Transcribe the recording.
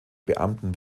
beamten